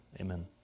Amen